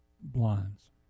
blinds